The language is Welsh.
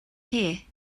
chi